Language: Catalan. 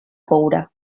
coure